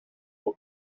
will